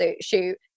shoot